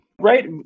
right